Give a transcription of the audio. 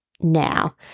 now